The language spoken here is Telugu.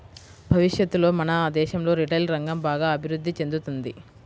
భవిష్యత్తులో మన దేశంలో రిటైల్ రంగం బాగా అభిరుద్ధి చెందుతుంది